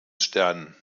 sterne